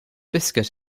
biscuit